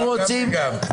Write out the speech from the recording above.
גם וגם.